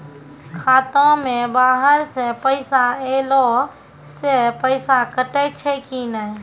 खाता मे बाहर से पैसा ऐलो से पैसा कटै छै कि नै?